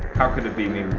how could it be me?